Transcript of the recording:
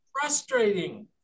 frustrating